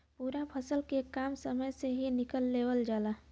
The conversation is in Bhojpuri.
पूरा फसल के कम समय में ही निकाल लेवल जाला